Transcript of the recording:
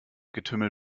getümmel